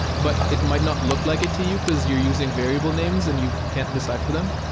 but it might not look like it to you because you're using variable names and you can't decipher them,